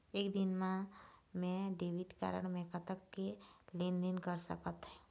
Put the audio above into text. एक दिन मा मैं डेबिट कारड मे कतक के लेन देन कर सकत हो?